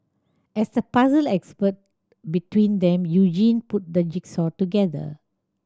as the puzzle expert between them Eugene put the jigsaw together